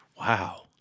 Wow